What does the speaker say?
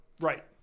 Right